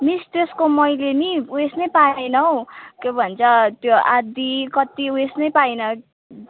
miss त्यसको मैले नि ऊ यस नै पाएन हौ के भन्छ त्यो आधी कति ऊ यस नै पाएन